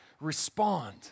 respond